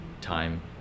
time